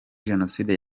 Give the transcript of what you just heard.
jenoside